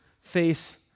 face